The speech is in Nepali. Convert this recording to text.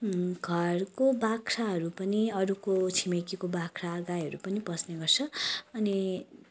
घरको बाख्राहरू पनि अरूको छिमेकीको बाख्रा गाईहरू पनि पस्ने गर्छ अनि